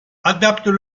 adaptent